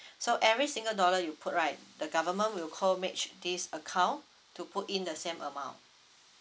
so every single dollar you put right the government will co match this account to put in the same amount